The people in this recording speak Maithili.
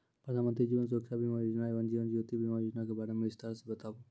प्रधान मंत्री जीवन सुरक्षा बीमा योजना एवं जीवन ज्योति बीमा योजना के बारे मे बिसतार से बताबू?